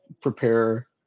prepare